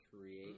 create